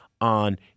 on